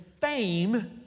fame